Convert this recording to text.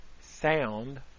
sound